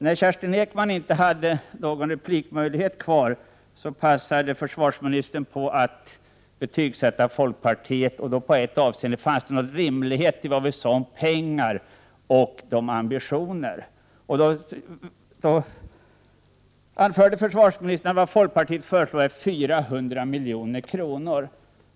När Kerstin Ekman inte hade någon replikmöjlighet kvar, passade försvarsministern på att betygsätta folkpartiet i ett avseende: Fanns det någon rimlighet i vad vi sade om pengar och ambitioner? Försvarsministern anförde att vad folkpartiet föreslår är 400 milj.kr.